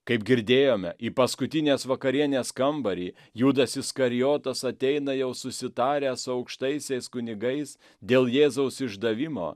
kaip girdėjome į paskutinės vakarienės kambarį judas iskarijotas ateina jau susitaręs su aukštaisiais kunigais dėl jėzaus išdavimo